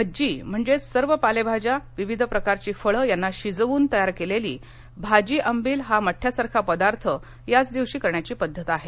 भज्जी म्हणजे सर्व पालेभाज्या विविध प्रकारची फळे यांना शिजवून तयार केलेली भाजी आंबील हा मठ्यासारखा पदार्थ याच दिवशी करण्याची पद्धत आहे